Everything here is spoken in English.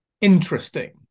interesting